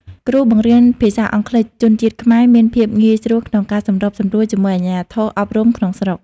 គ្រូបង្រៀនភាសាអង់គ្លេសជនជាតិខ្មែរមានភាពងាយស្រួលក្នុងការសម្របសម្រួលជាមួយអាជ្ញាធរអប់រំក្នុងស្រុក។